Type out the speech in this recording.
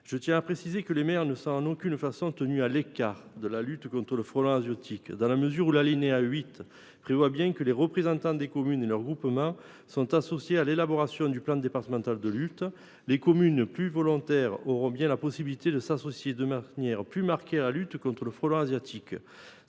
Je tiens à préciser que les maires ne sont en aucune façon tenus à l’écart de la lutte contre le frelon asiatique, dans la mesure où l’alinéa 8 prévoit bien que les représentants des communes et de leurs groupements sont associés à l’élaboration du plan départemental de lutte. Les communes les plus volontaires auront donc bien la possibilité de s’associer de manière plus marquée à la lutte contre le frelon asiatique.